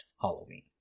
Halloween